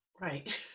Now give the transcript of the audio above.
Right